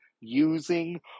using